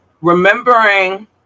Remembering